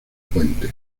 puente